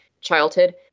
childhood